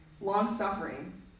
Long-suffering